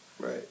Right